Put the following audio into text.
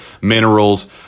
minerals